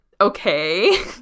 okay